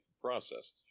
process